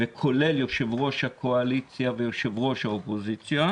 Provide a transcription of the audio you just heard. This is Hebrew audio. וכולל יושב-ראש הקואליציה ויושב-ראש האופוזיציה.